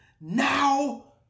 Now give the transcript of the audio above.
now